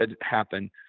happen